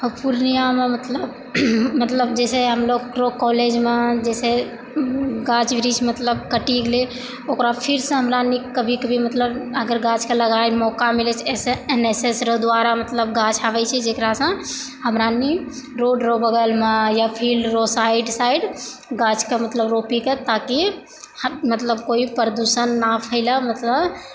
आओर पूर्णियामे मतलब जे छै से हमलोगनी कॉलेज जे छै गाछ वृक्ष मतलब कटि गेलै ओकरा फेरसँ हमरा कभी अगर गाछके लगाए के मौका मिलै छै एन एस एस द्वारा मतलब गाछ आबै छै जकरासँ हमरा नी रोडके बगलमे या फेर फील्ड रोड साइड साइड गाछके मतलब रोपिकऽ ताकि मतलब कोइ प्रदूषण नहि फैलै मतलब